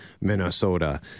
Minnesota